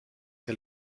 que